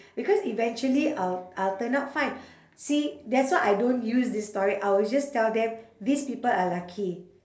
because eventually I'll I'll turn out fine see that's why I don't use this story I'll just tell them these people are lucky